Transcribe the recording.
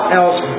else